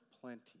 plenty